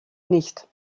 nicht